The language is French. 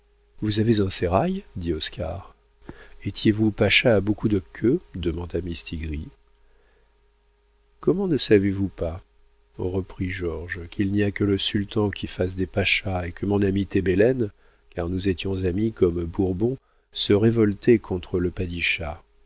vous avez eu un sérail dit oscar étiez-vous pacha à beaucoup de queues demanda mistigris comment ne savez-vous pas reprit georges qu'il n'y a que le sultan qui fasse des pachas et que mon ami tébélen car nous étions amis comme bourbons se révoltait contre le